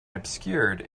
obscured